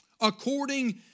according